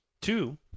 Two